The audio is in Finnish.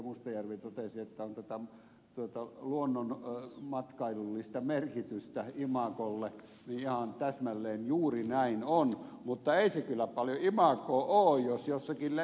mustajärvi totesi että sillä on luonnonmatkailullista merkitystä imagolle ihan täsmälleen juuri näin on mutta ei se paljon kyllä imagoa ole jos jossakin levin lähellä jnp